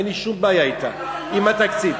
אין לי שום בעיה אתה, עם התקציב.